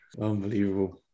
Unbelievable